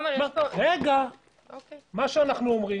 אנחנו אומרים